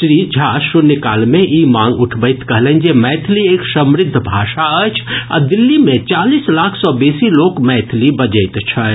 श्री झा शून्यकाल मे ई मांग उठबैत कहलनि जे मैथिली एक समुद्ध भाषा अछि आ दिल्ली मे चालीस लाख सॅ बेसी लोक मैथिली बजैत छथि